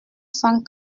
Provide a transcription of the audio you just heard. cent